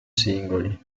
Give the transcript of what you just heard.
singoli